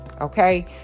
Okay